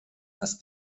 dass